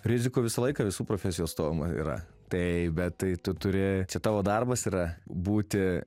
rizikų visą laiką visų profesijų atstovam yra tai bet tai tu turi tavo darbas yra būti